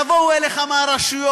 יבואו אליך מהרשויות.